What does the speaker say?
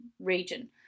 region